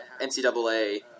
NCAA